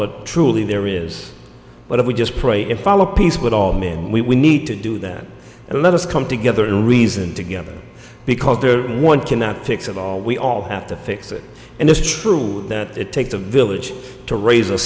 but truly there is but if we just pray and follow peace with all men and we need to do that and let us come together and reason together because there is one cannot fix it all we all have to fix it and it's true that it takes a village to raise a